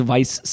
Vice